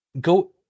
go